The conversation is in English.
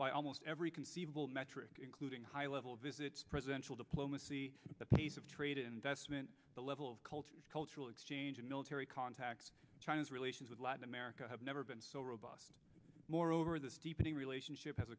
by almost every conceivable metric including high level visits presidential diplomacy the pace of trade investment the level of culture cultural exchange of military contacts china's relations with latin america have never been so robust moreover this deepening relationship has